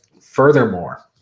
furthermore